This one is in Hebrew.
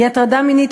היא הטרדה מינית,